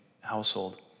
household